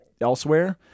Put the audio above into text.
elsewhere